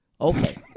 Okay